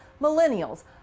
millennials